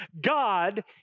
God